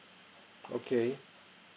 okay